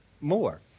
more